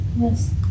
Yes